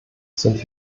sind